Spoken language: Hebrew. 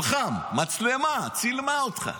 מצלמה צילמה אותך,